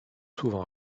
souvent